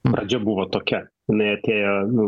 pradžia buvo tokia jinai atėjo na